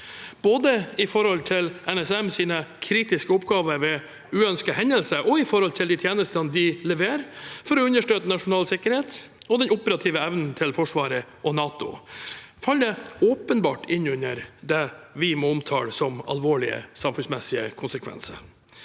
det gjelder NSMs kritiske oppgaver ved uønskede hendelser, og når det gjelder de tjenestene de leverer for å understøtte nasjonal sikkerhet og den operative evnen til Forsvaret og NATO. Det faller åpenbart inn under det vi må omtale som alvorlige samfunnsmessige konsekvenser.